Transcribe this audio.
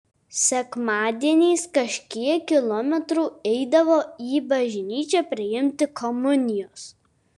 sekmadieniais kažkiek kilometrų eidavo į bažnyčią priimti komunijos